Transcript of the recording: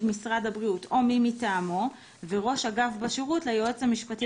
משרד הבריאות או מי מטעמו וראש אגף בשירות ליועץ המשפטי